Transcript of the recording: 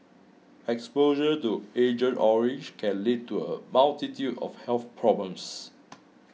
exposure to Agent Orange can lead to a multitude of health problems